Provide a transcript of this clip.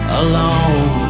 alone